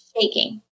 shaking